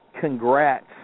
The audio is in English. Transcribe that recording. congrats